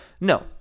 No